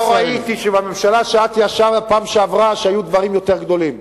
אני לא ראיתי שבממשלה שאת ישבת בפעם שעברה היו דברים יותר גדולים,